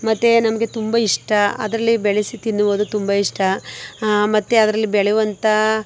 ಮತ್ತು ನಮಗೆ ತುಂಬ ಇಷ್ಟ ಅದರಲ್ಲಿ ಬೆಳೆಸಿ ತಿನ್ನುವುದು ತುಂಬ ಇಷ್ಟ ಮತ್ತೆ ಅದರಲ್ಲಿ ಬೆಳೆಯುವಂಥ